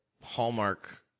hallmark